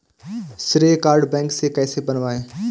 श्रेय card bank से कैसे बनवाएं?